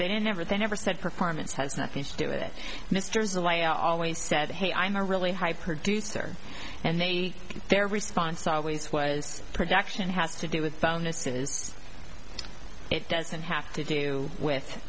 they never they never said performance has nothing to do it misters and i always said hey i'm a really high producer and they get their response always was production has to do with found misess it doesn't have to deal with